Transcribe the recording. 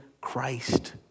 Christ